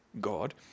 God